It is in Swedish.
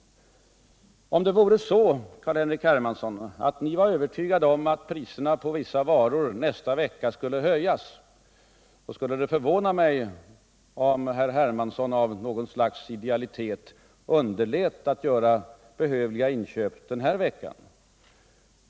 Om herr Hermansson var övertygad om att priserna på vissa varor nästa vecka skulle höjas, skulle det förvåna mig om han av något slags idealitet underlät att göra behövliga inköp den här veckan.